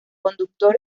conductor